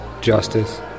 justice